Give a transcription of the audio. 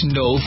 no